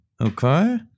Okay